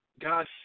God